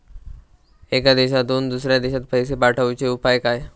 एका देशातून दुसऱ्या देशात पैसे पाठवचे उपाय काय?